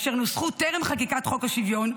אשר נוסחו טרם חקיקת חוק השוויון,